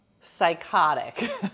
psychotic